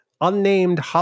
unnamed